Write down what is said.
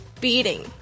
beating